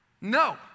No